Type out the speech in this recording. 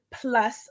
plus